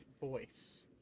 voice